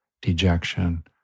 dejection